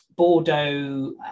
Bordeaux